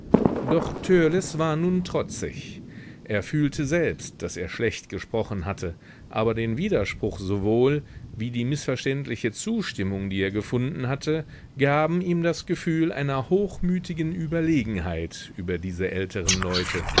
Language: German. doch törleß war nun trotzig er fühlte selbst daß er schlecht gesprochen hatte aber den widerspruch sowohl wie die mißverständliche zustimmung die er gefunden hatte gaben ihm das gefühl einer hochmütigen überlegenheit über diese älteren leute